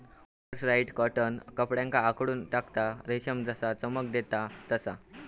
mercerised cotton कपड्याक आखडून टाकता, रेशम जसा चमक देता तसा